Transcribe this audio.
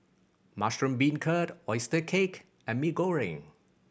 mushroom beancurd oyster cake and Mee Goreng